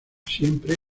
siempre